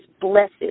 blessed